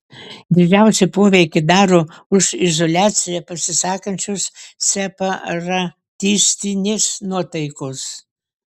didžiausią poveikį daro už izoliaciją pasisakančios separatistinės nuotaikos